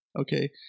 okay